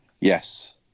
Yes